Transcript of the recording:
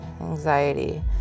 anxiety